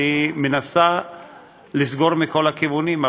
והיא מנסה לסגור מכל הכיוונים,